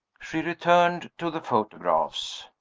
she returned to the photographs.